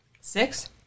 Six